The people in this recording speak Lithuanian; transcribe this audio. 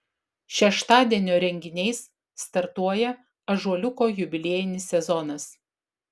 šeštadienio renginiais startuoja ąžuoliuko jubiliejinis sezonas